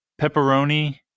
pepperoni